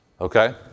Okay